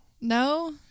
No